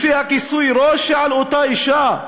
לפי כיסוי הראש שעל אותה אישה?